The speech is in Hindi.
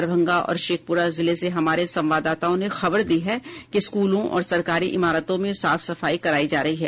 दरभंगा और शेखपुरा जिले से हमारे संवाददाताओं ने खबर दी है कि स्कूलों और सरकारी इमारतों में साफ सफाई कराई जा रही है